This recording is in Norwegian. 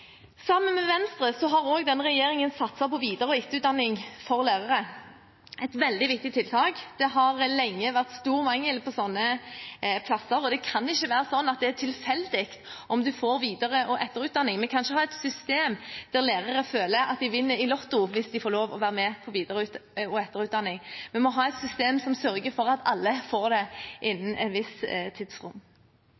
Sammen med Venstre har også denne regjeringen satset på videre- og etterutdanning for lærere – et veldig viktig tiltak. Det har lenge vært stor mangel på sånne plasser, og det kan ikke være sånn at det er tilfeldig om man får videre- og etterutdanning. Man kan ikke ha et system der lærere føler at de vinner i Lotto hvis de får lov til å være med på videre- og etterutdanning. Vi må ha et system som sørger for at alle får det